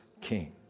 king